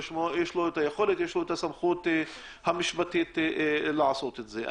יש לו את היכולת ויש לו את הסמכות המשפטית לעשות את זה.